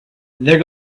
there